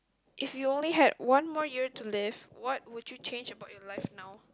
if you only had one more year to live what would you change about your life now